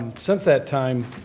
since that time,